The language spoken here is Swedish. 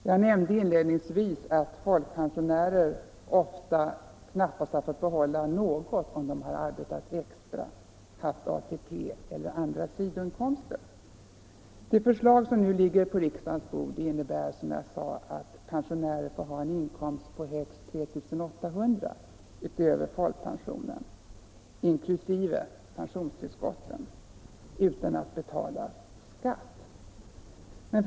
Jag nämnde inledningsvis att folkpensionärer ofta knappast har fått behålla något om de arbetat extra, haft ATP eller andra sidoinkomster. Det förslag som nu ligger på riksdagens bord innebär, som jag nämnde, att folkpensionär får ha en inkomst på högst 3 800 kr. inklusive pensionstillskott utöver folkpensionen utan att betala skatt.